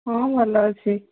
ହଁ ଭଲ ଅଛି